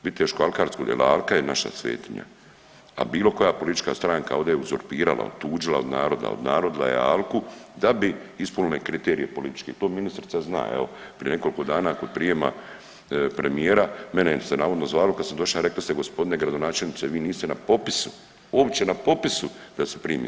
Viteško-alkarsko jer alka je naša svetinja, a bilo koja politička stranka ovde je uzurpirala, otuđila od naroda, odnarodila je alku da bi ispunili kriterije političke, to ministrica zna, evo, prije nekoliko dana kod prijema premijera, mene se navodno zvalo, kad sam došli, rekli ste g. gradonačelniče, vi niste na popisu, uopće na popisu da se primi.